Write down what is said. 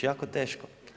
Jako teško.